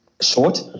short